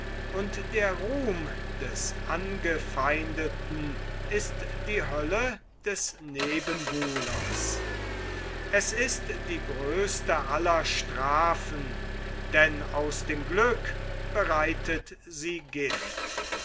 und der ruhm des angefeindeten ist die hölle des nebenbulers es ist die größte aller strafen denn aus dem glück bereitet sie gift